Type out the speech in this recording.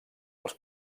els